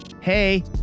hey